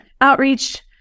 outreach